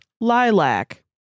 lilac